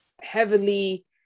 heavily